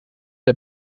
der